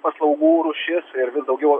paslaugų rūšis ir vis daugiau